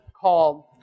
called